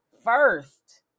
first